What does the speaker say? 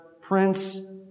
Prince